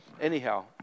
anyhow